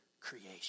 creation